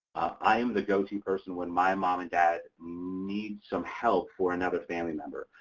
i'm the go-to person when my mom and dad need some help for another family member.